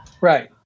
Right